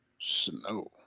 Snow